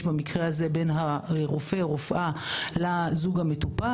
במקרה הזה בין הרופא או הרופאה לזוג המטופל,